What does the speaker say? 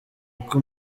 uko